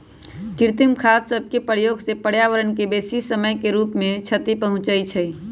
कृत्रिम खाद सभके प्रयोग से पर्यावरण के बेशी समय के रूप से क्षति पहुंचइ छइ